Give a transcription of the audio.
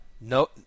no